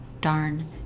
darn